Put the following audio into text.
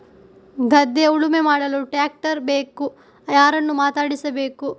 ಗದ್ಧೆ ಉಳುಮೆ ಮಾಡಲು ಟ್ರ್ಯಾಕ್ಟರ್ ಬೇಕು ಯಾರನ್ನು ಮಾತಾಡಿಸಬೇಕು?